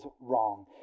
wrong